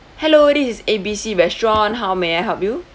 hello this is A B C restaurant how may I help you